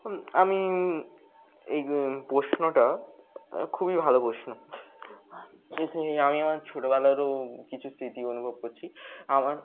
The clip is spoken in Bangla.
আমি এই প্রশ্নটা খুবই ভালো প্রশ্ন এর থেকে আমি আমার ছোটবেলারও কিছু স্মৃতি অনুভব করছি আমার